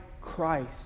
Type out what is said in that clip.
Christ